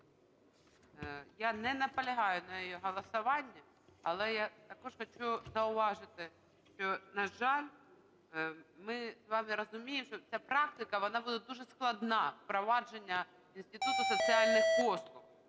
Я не наполягаю на її голосуванні. Але я також хочу зауважити, що, на жаль, ми з вами розуміємо, що ця практика, вона буде дуже складна – впровадження інституту соціальних послуг.